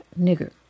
Nigger